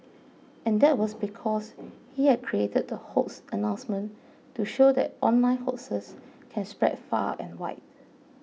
and that was because he had created the hoax announcement to show that online hoaxes can spread far and wide